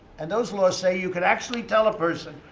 and those laws say you can actually tell a person,